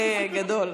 יהיה גדול.